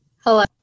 Hello